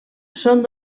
són